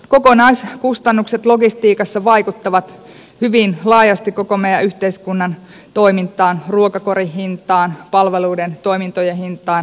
kokonaiskustannukset logistiikassa vaikuttavat hyvin laajasti koko meidän yhteiskunnan toimintaan ruokakorin hintaan palveluiden toimintojen hintaan